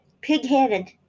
Pig-headed